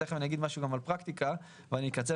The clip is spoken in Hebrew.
ותכף אני אגיד גם משהו על פרקטיקה ואני אקצר,